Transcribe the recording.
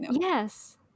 yes